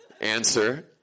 Answer